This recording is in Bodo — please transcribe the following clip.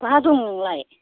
बाहा दं नोंलाय